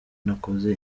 nakoze